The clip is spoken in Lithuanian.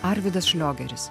arvydas šliogeris